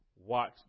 watch